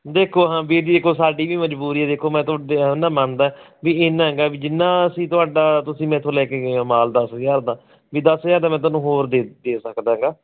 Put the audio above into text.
ਦੇਖੋ ਹਾਂ ਵੀਰ ਜੀ ਦੇਖੋ ਸਾਡੀ ਵੀ ਮਜਬੂਰੀ ਹੈ ਦੇਖੋ ਮੈਂ ਤੁਹਾਡੇ ਮੰਨਦਾ ਹੈ ਵੀ ਇੰਨਾ ਗਾ ਵੀ ਜਿੰਨਾ ਅਸੀਂ ਤੁਹਾਡਾ ਤੁਸੀਂ ਮੇਰੇ ਤੋਂ ਲੈ ਕੇ ਗਏ ਹੋ ਮਾਲ ਦਸ ਹਜ਼ਾਰ ਦਾ ਵੀ ਦਸ ਹਜ਼ਾਰ ਦਾ ਮੈਂ ਤੁਹਾਨੂੰ ਹੋਰ ਦੇ ਦੇ ਸਕਦਾ ਗਾ